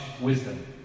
wisdom